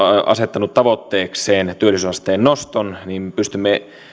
asettanut tavoitteekseen työllisyysasteen noston niin pystymme